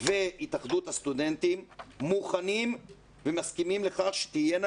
והתאחדות הסטודנטים מוכנים ומסכימים שתהיינה